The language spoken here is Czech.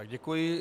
Děkuji.